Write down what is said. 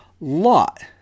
Lot